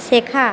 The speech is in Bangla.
শেখা